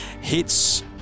hits